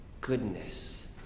goodness